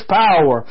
power